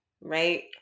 right